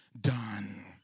done